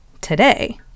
today